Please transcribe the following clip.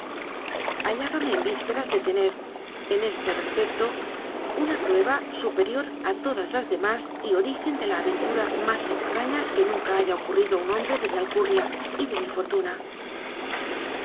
me en vísperas de tener en este respecto una prueba superior a todas las demás y origen de la aventura más extraña que nunca haya ocurri do a un hombre de mi alcurnia y de mi fortuna